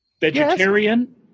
Vegetarian